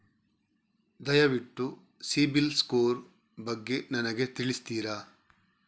ದಯವಿಟ್ಟು ಸಿಬಿಲ್ ಸ್ಕೋರ್ ಬಗ್ಗೆ ನನಗೆ ತಿಳಿಸ್ತಿರಾ?